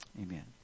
Amen